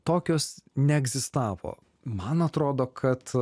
tokios neegzistavo man atrodo kad